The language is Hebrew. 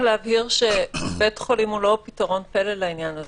בית חולים אינו פתרון פלא בעניין.